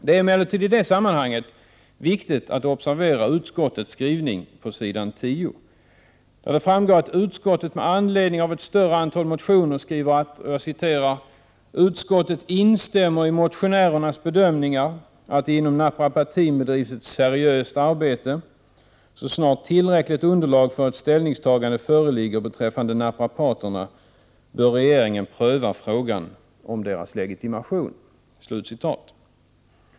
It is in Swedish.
Det är emellertid viktigt att observera utskottets skrivning på s. 10 i betänkandet , där utskottet med anledning av ett större antal motioner skriver: ”Utskottet instämmer i motionärernas bedömningar att det inom naprapatin bedrivs ett seriöst arbete. Så snart tillräckligt underlag för ett ställningstagande föreligger beträffande naprapaterna bör regeringen pröva frågan om deras legitimation”.